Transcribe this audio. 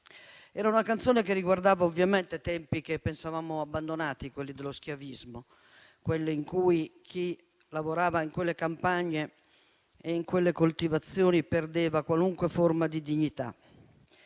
Era una canzone che riguardava ovviamente tempi che pensavamo abbandonati, quelli dello schiavismo; quelli in cui chi lavorava in quelle campagne e in quelle coltivazioni perdeva qualunque forma di dignità.